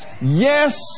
yes